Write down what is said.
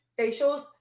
facials